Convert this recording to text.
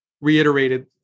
reiterated